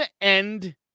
end